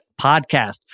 podcast